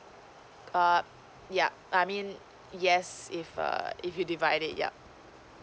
err yup I mean yes if err if you divide it yup